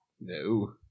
No